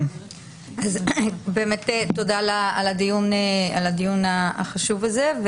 אז באמת תודה על הדיון החשוב הזה.